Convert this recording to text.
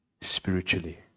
spiritually